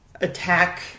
attack